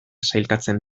sailkatzen